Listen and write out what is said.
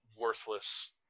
worthless